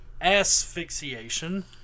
asphyxiation